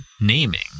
naming